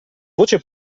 voce